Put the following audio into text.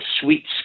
sweet